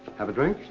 have a drink?